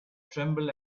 trembled